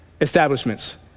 establishments